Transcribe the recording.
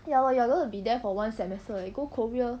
ya lor you are going to be there for one semester leh go korea